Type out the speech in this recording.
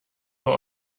nur